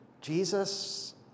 Jesus